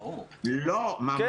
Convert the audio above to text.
לא.